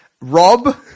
Rob